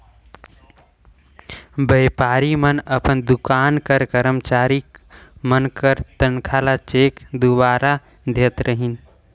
बयपारी मन अपन दोकान कर करमचारी मन कर तनखा ल चेक दुवारा देहत रहिन